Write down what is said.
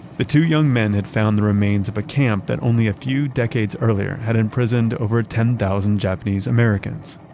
the two young men had found the remains of a camp that only a few decades earlier had imprisoned over a ten thousand japanese americans.